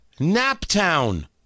Naptown